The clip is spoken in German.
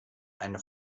eine